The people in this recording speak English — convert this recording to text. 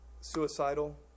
suicidal